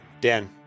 Dan